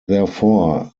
therefore